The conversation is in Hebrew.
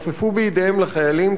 נופפו בידיהם לחיילים,